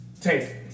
take